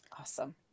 Awesome